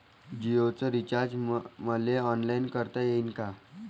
जीओच रिचार्ज मले ऑनलाईन करता येईन का?